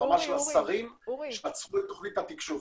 ברמה של השרים שעצרו את תכנית התקשוב.